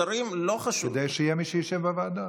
שרים לא חשוב, כדי שיהיה מי שיישב בוועדות.